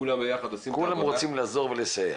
כולם ביחד עושים --- כולם רוצים לעזור ולסייע.